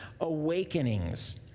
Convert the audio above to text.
awakenings